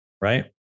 right